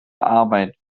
arbeit